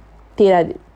கிடையாது:kidayathu